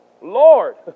Lord